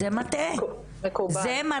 זה מטעה.